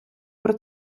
про